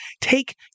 take